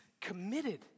committed